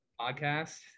podcast